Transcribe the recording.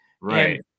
Right